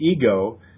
ego